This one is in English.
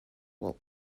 wool